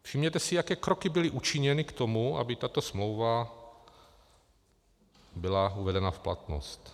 Všimněte si, jaké kroky byly učiněny k tomu, aby tato smlouva byla uvedena v platnost.